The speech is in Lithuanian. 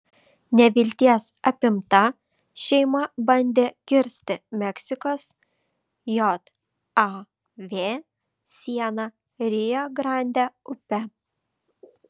nevilties apimta šeima bandė kirsti meksikos jav sieną rio grande upe